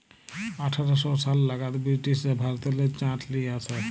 আঠার শ সাল লাগাদ বিরটিশরা ভারতেল্লে চাঁট লিয়ে আসে